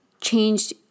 changed